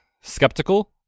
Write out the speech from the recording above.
skeptical